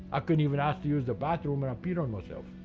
i couldn't even ask to use the bathroom and i peed on myself.